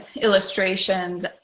illustrations